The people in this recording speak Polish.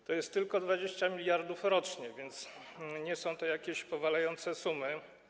A to jest tylko 20 mld rocznie, więc nie są to jakieś powalające sumy.